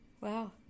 Wow